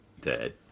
dead